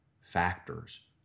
factors